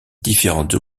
différentes